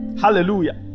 Hallelujah